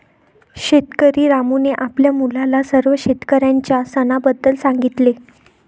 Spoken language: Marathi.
शेतकरी रामूने आपल्या मुलाला सर्व शेतकऱ्यांच्या सणाबद्दल सांगितले